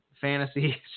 fantasy